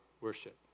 worship